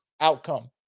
outcome